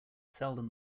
seldom